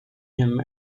him